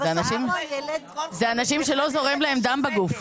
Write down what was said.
אלה אנשים שאין להם דם בגוף.